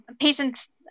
patients